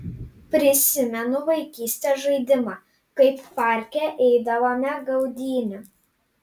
prisimenu vaikystės žaidimą kaip parke eidavome gaudynių